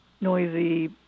noisy